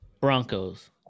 Broncos